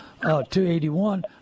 281